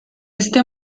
este